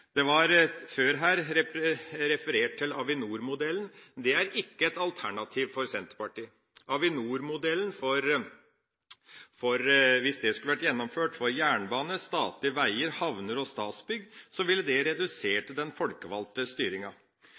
Det var før her referert til Avinor-modellen. Det er ikke et alternativ for Senterpartiet. Hvis Avinor-modellen skulle vært gjennomført for jernbane, statlige veger, havner og statsbygg, ville det redusert den folkevalgte styringa.